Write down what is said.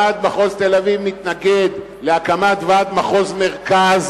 ועד מחוז תל-אביב מתנגד להקמת ועד מחוז מרכז,